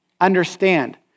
understand